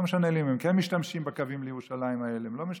לא משנה לי אם הם כן משתמשים בקווים האלה לירושלים או לא משתמשים.